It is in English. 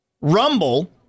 Rumble